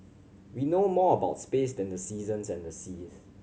we know more about space than the seasons and the seas